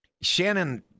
Shannon